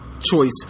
choice